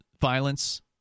violence